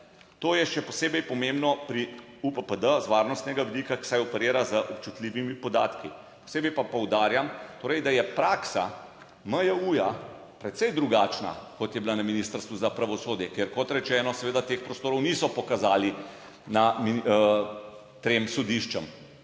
To je še posebej pomembno pri UPPD z varnostnega vidika, saj operira z občutljivimi podatki. Posebej pa poudarjam torej, da je praksa MJU precej drugačna kot je bila na Ministrstvu za pravosodje, kjer, kot rečeno, seveda teh prostorov niso pokazali trem sodiščem